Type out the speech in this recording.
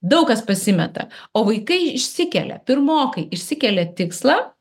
daug kas pasimeta o vaikai išsikelia pirmokai išsikelia tikslą